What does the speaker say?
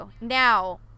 Now